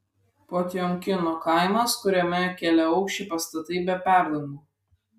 potiomkino kaimas kuriame keliaaukščiai pastatai be perdangų